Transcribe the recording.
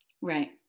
Right